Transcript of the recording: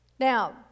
Now